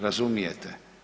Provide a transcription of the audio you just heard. Razumijete?